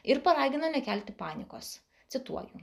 ir paragino nekelti panikos cituoju